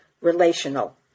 relational